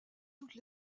toutes